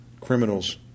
Criminals